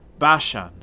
Bashan